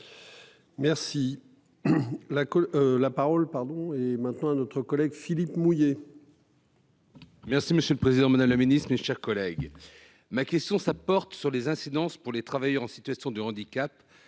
Merci. La la parole pardon et maintenant notre collègue Philippe mouiller. Merci, monsieur le Président Madame la Ministre, mes chers collègues, ma question, ça porte sur les incidences pour les travailleurs en situation de handicap